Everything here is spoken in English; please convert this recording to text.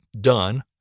done